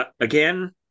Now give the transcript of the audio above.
Again